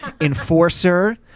Enforcer